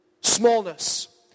Smallness